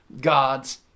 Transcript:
God's